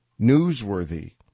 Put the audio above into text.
newsworthy